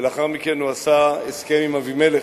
ולאחר מכן הוא עשה הסכם עם אבימלך,